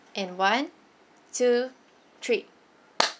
and one two three